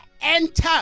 enter